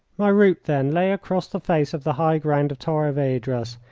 my route, then, lay across the face of the high ground of torres vedras,